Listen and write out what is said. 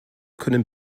können